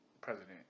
president